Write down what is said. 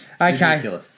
Okay